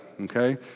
Okay